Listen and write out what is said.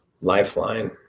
lifeline